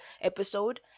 episode